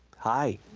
hi!